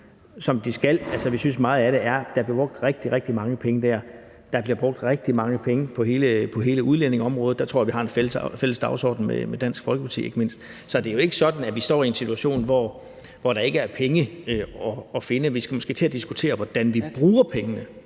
lige kører, som de skal. Der bliver brugt rigtig, rigtig mange penge der. Der bliver brugt rigtig mange penge på hele udlændingeområdet. Der tror jeg vi har en fælles dagsorden med ikke mindst Dansk Folkeparti. Så det er jo ikke sådan, at vi står i en situation, hvor der ikke er penge at finde. Vi skal måske til at diskutere, hvordan vi bruger pengene